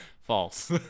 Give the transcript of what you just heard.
false